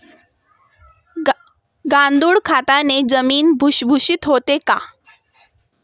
गांडूळ खताने जमीन भुसभुशीत होते का?